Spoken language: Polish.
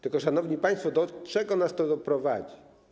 Tylko, szanowni państwo, do czego nas to doprowadzi?